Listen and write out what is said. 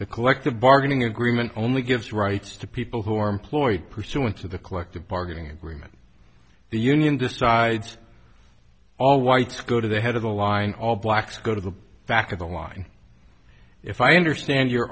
the collective bargaining agreement only gives rights to people who are employed pursuant to the collective bargaining agreement the union decides all whites go to the head of the line all blacks go to the back of the line if i understand your